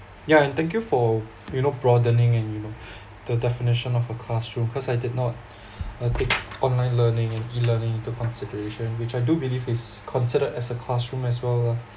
yeah and thank you for you know broadening and you know the definition of a classroom cause I did not uh pick online learning and E-learning into consideration which I do believe is considered as a classroom as well lah